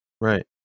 Right